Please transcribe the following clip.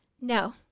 No